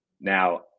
Now